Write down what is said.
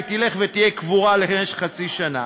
והיא תלך ותהיה קבורה למשך חצי שנה.